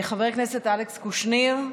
חבר הכנסת אלכס קושניר,